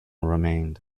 remained